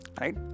right